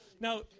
now